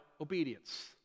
obedience